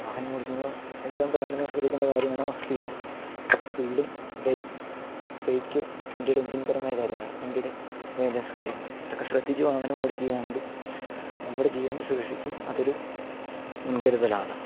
വാഹനമോടിക്കുമ്പോള് ഏറ്റവും പ്രധാനമായി ശ്രദ്ധിക്കേണ്ട കാര്യമാണ് സ്പീഡ് സ്പീഡും ബ്രേക്കും ബ്രേക്ക് വണ്ടിയുടെ എഞ്ചിൻപരമായ കാര്യങ്ങള് വണ്ടിയുടെ മെയിൻ്റനൻസ് കാര്യങ്ങള് അതൊക്കെ ശ്രദ്ധിച്ച് വാഹനമോടിക്കുകയാണെങ്കിൽ നമ്മുടെ ജീവൻ്റെ സുരക്ഷയ്ക്കും അതൊരു മുൻകരുതലാണ്